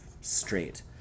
straight